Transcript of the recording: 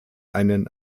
einen